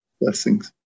Blessings